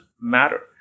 matter